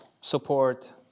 support